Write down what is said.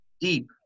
deep